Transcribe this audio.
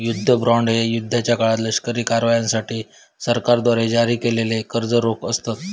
युद्ध बॉण्ड हे युद्धाच्या काळात लष्करी कारवायांसाठी सरकारद्वारे जारी केलेले कर्ज रोखे असतत